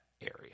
area